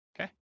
Okay